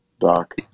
Doc